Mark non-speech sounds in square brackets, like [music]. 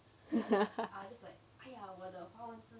[laughs]